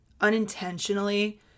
unintentionally